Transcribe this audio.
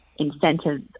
incentives